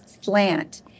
slant